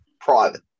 private